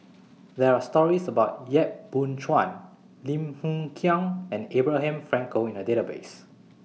There Are stories about Yap Boon Chuan Lim Hng Kiang and Abraham Frankel in The Database